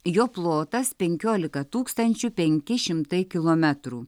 jo plotas penkiolika tūkstančių penki šimtai kilometrų